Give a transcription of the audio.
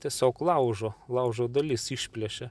tiesiog laužo laužo dalis išplėšia